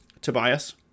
Tobias